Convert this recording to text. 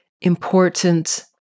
important